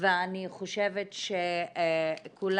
ואני חושבת שכולנו,